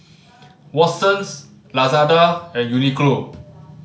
Watsons Lazada and Uniqlo